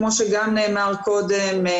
כמו שגם נאמר קודם,